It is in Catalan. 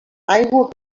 aigua